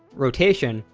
rotation,